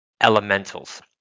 elementals